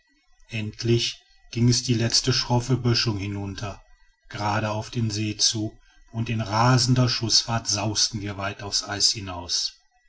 endlich ging es die letzte schroffe böschung hinunter gerade auf den see zu und in rasender schußfahrt sausten wir weit aufs eis hinaus